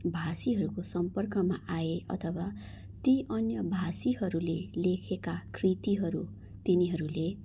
भाषीहरूको सम्पर्कमा आए अथवा ती अन्य भाषीहरूले लेखेका कृतिहरू तिनीहरूले